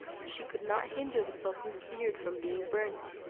she could not hinder the sultan's beard from being burnt,